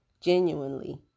genuinely